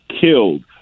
killed